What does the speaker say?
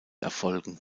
erfolgen